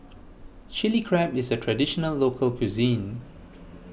Chili Crab is a Traditional Local Cuisine